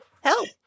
Help